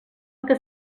que